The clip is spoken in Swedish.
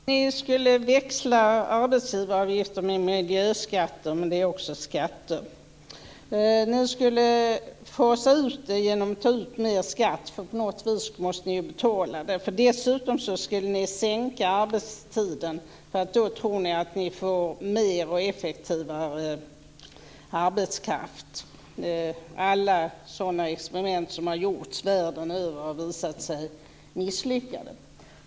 Herr talman! Ni skulle växla arbetsgivaravgifter med miljöskatter, men det är också skatter. Ni skulle fasa ut det genom att ta ut mer skatt, för på något vis måste ni ju betala det. Dessutom skulle ni sänka arbetstiden. Då tror ni att ni får mer och effektivare arbetskraft. Alla sådana experiment som har gjorts världen över har visat sig misslyckade.